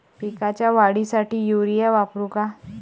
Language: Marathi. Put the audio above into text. पिकाच्या वाढीसाठी युरिया वापरू का?